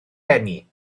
eni